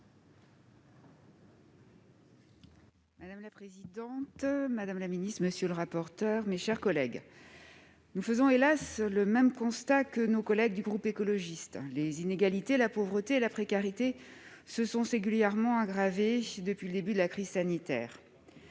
Madame la présidente, madame la secrétaire d'État, mes chers collègues, nous faisons, hélas, le même constat que nos collègues du groupe écologiste. Les inégalités, la pauvreté et la précarité se sont singulièrement aggravées depuis le début de la crise sanitaire.